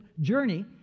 journey